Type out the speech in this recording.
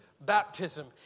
baptism